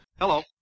Hello